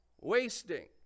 wasting